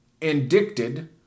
indicted